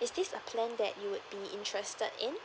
is this a plan that you would be interested in